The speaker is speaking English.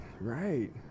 Right